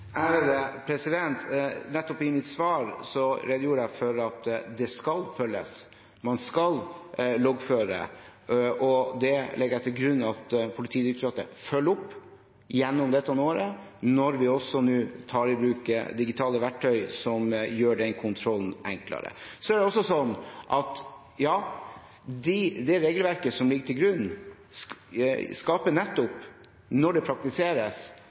I mitt svar nettopp redegjorde jeg for at rundskrivet skal følges, man skal loggføre, og det legger jeg til grunn at Politidirektoratet følger opp gjennom dette året, og også når vi nå tar i bruk digitale verktøy som gjør kontrollen enklere. Det regelverket som ligger til grunn, skaper nettopp, når det praktiseres,